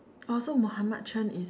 oh so Mohammed Chen is